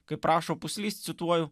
kaip rašo puslys cituoju